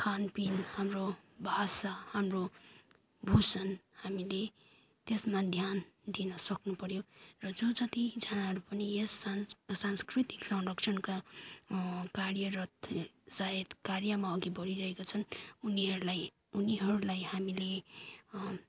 खानपिन हाम्रो भाषा हाम्रो भुषण हामीले त्यसमा ध्यान दिन सक्नु पऱ्यो र जो जतिजना पनि यो सांस्कृतिक संरक्षणका कार्यरत सायद कार्यमा अघि बढिरहेका छन् उनीहरूलाई उनीहरूलाई हामीले